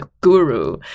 guru